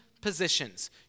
positions